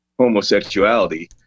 homosexuality